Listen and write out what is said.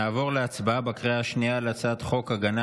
נעבור להצבעה בקריאה השנייה על הצעת חוק הגנה